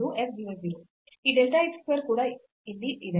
ಈ delta x square ಕೂಡ ಅಲ್ಲಿ ಇದೆ